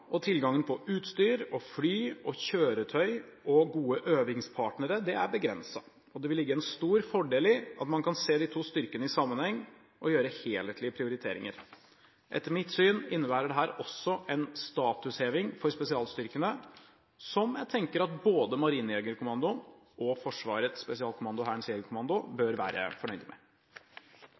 og tilgangen på utstyr og fly, kjøretøy og gode øvingspartnere er begrenset, og det vil ligge en stor fordel i at man kan se de to styrkene i sammenheng og gjøre helhetlige prioriteringer. Etter mitt syn innebærer dette også en statusheving for spesialstyrkene som både MJK og FSK/HJK bør være fornøyde med.